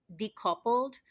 decoupled